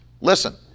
listen